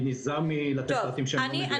אני נזהר מלתת פרטים שהם לא מדויקים.